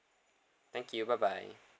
thank you bye bye